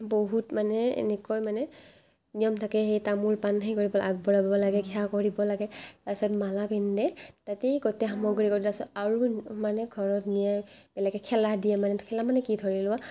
বহুত মানে এনেকৈ মানে নিয়ম থাকে সেই তামোল পাণ সেই কৰি পেলাই আগবঢ়াব লাগে সেৱা কৰিব লাগে তাৰপাছত মালা পিন্ধে তাতেই গোটে সামগ্ৰী কৰে তাৰপাছত আৰু মানে ঘৰত নিয়ে বেলেগে খেলা দিয়ে খেলা মানে কি ধৰি লোৱা